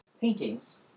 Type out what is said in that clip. paintings